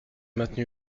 maintenu